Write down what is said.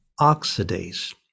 oxidase